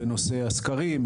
בנושא הסקרים,